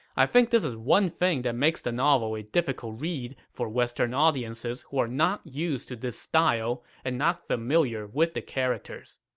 i think this is one thing that makes the novel a difficult read for western audiences who are not used to this style and not familiar with the characters.